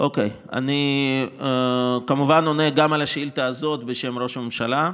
אני עונה גם על השאילתה הזאת בשם ראש הממשלה,